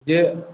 जी